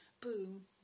Boom